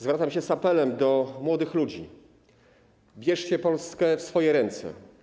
Zwracam się z apelem do młodych ludzi: bierzcie Polskę w swoje ręce.